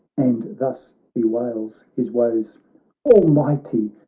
and thus bewails his woes almighty!